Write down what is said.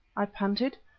i panted.